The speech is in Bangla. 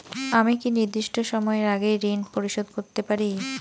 আমি কি নির্দিষ্ট সময়ের আগেই ঋন পরিশোধ করতে পারি?